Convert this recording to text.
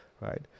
right